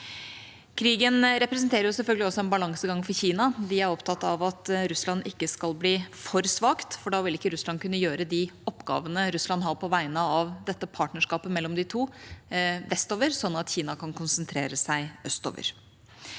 Krigen representerer selvfølgelig også en balansegang for Kina. De er opptatt av at Russland ikke skal bli for svakt, for da vil ikke Russland kunne gjøre de oppgavene Russland har på vegne av dette partnerskapet mellom de to vestover, sånn at Kina kan konsentrere seg østover.